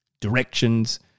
directions